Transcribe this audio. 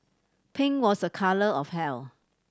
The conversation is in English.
pink was a colour of health